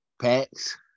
Packs